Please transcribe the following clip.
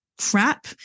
crap